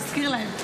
תזכיר להם.